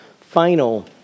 final